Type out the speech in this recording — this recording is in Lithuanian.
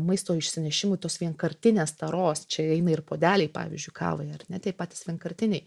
maisto išsinešimui tos vienkartinės taros čia įeina ir puodeliai pavyzdžiui kavai ar ne tie patys vienkartiniai